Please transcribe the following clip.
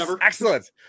excellent